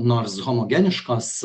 nors homogeniškos